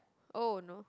oh no